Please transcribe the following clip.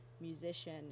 musician